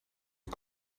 die